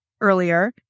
earlier